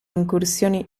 incursioni